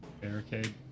Barricade